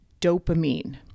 dopamine